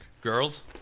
Girls